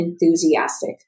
enthusiastic